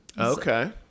Okay